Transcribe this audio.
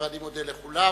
ואני מודה לכולם.